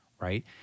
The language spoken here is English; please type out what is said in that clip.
right